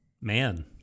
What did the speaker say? Man